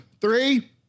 three